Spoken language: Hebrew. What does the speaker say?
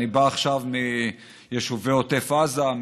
אני בא עכשיו מיישובי עוטף עזה,